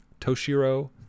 Toshiro